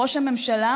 ראש הממשלה,